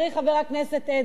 חבר הכנסת אדרי,